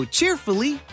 cheerfully